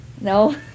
No